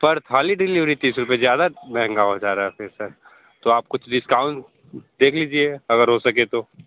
पर थाली डेलीवरी तीस रुपये ज़्यादा महंगा बता रहे हैं फिर सर तो आप कुछ डिस्काउंट देख लीजिए अगर हो सके तो